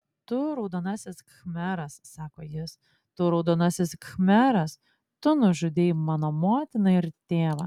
tu raudonasis khmeras sako jis tu raudonasis khmeras tu nužudei mano motiną ir tėvą